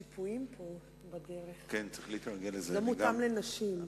צריך להסתגל לשיפועים פה בדרך, זה לא מותאם לנשים.